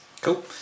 Cool